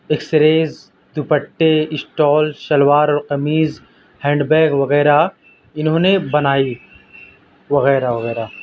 x ریز دوپٹّے stole shalwar اور قمیض ہینڈ بیگ وغیرہ انہوں نے بنائی وغیرہ وغیرہ